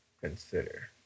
Consider